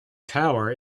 power